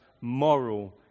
moral